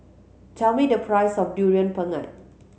tell me the price of Durian Pengat